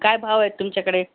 काय भाव आहेत तुमच्याकडे